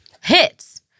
Hits